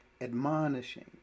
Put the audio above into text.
admonishing